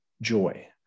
joy